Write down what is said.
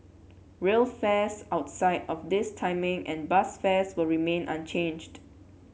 rail fares outside of this timing and bus fares will remain unchanged